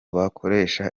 bakoresha